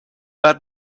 but